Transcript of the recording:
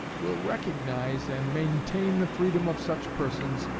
will recognize and maintain the freedom of such persons,